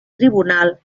tribunal